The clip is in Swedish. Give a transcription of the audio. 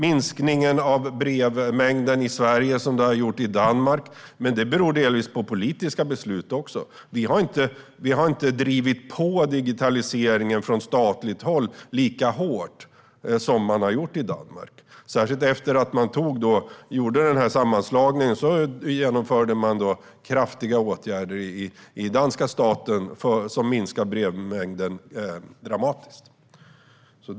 Minskningen av brevmängden i Sverige har inte gått lika snabbt som i Danmark, men det beror delvis på politiska beslut. Vi har inte drivit på digitaliseringen från statligt håll lika hårt som i Danmark. Särskilt efter sammanslagningen genomförde den danska staten kraftiga åtgärder som minskade brevmängden dramatiskt.